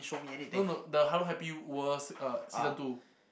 no no the Hello Happy World uh season two